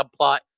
subplot